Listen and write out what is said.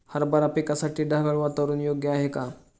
हरभरा पिकासाठी ढगाळ वातावरण योग्य आहे का?